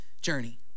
journey